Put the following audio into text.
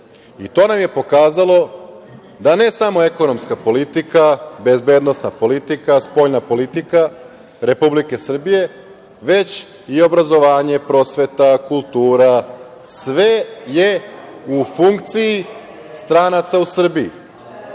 i to nam je pokazalo da ne samo ekonomska politika, bezbednosna politika, spoljna politika Republike Srbije, već i obrazovanje, prosveta, kultura, sve je u funkciji stranaca u Srbiji,